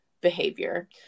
behavior